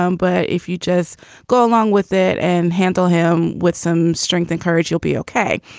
um but if you just go along with it and handle him with some strength and courage you'll be ok.